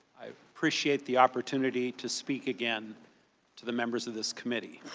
i appreciate the opportunity to speak again to the members of this committee.